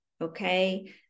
okay